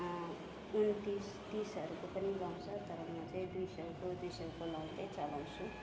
उन्तिस तिसहरूको पनि लगाउँछ तर म चाहिँ दुई सौको दुई सौको लगाउँदै चलाउँछु